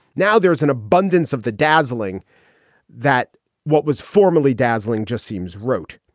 now there's an abundance of the dazzling that what was formerly dazzling just seems rote.